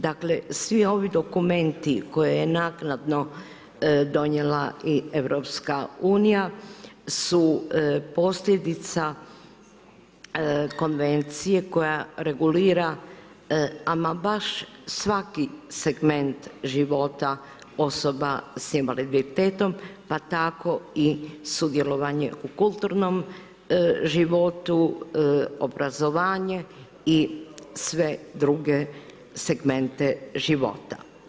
Dakle, svi ovi dokumenti, koje je naknado donijela i EU su posljedica konvencije koja regulira ama baš svaki segment života osoba s invaliditetom, pa tak i sudjelovanje u kulturnom životu, obrazovanje i sve druge segmente života.